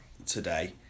today